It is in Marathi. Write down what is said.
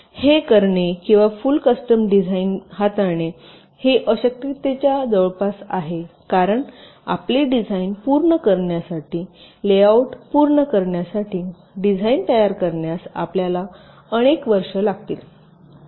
हे करणे किंवा फुल कस्टम डिझाइन पणे हाताळणे हे अशक्यतेच्या जवळपास आहे कारण आपले डिझाइन पूर्ण करण्यासाठी लेआउट पूर्ण करण्यासाठी डिझाइन तयार करण्यास आपल्यास अनेक वर्षे लागतील